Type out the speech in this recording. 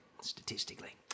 statistically